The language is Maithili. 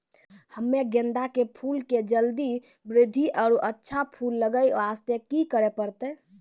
हम्मे गेंदा के फूल के जल्दी बृद्धि आरु अच्छा फूल लगय वास्ते की करे परतै?